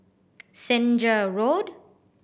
Senja Road